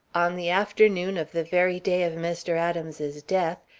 on the afternoon of the very day of mr. adams's death,